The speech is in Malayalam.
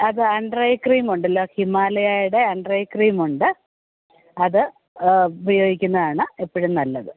അത് ആൻഡ്രെ ക്രീമുണ്ടല്ലോ ഹിമാലയായിടെ ആൻഡ്രെ ക്രീമുണ്ട് അത് ഉപയോഗിക്കുന്നതാണ് എപ്പോഴും നല്ലത്